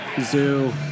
zoo